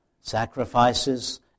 sacrifices